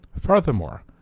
Furthermore